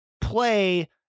play